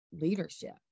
leadership